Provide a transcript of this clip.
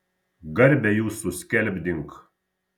garbę jūsų skelbdink